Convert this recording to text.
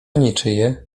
niczyje